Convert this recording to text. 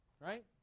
right